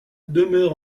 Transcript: demeure